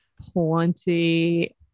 plenty